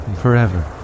Forever